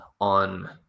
on